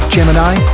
Gemini